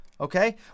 Okay